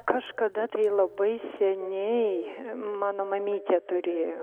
kažkada tai labai seniai mano mamytė turėjo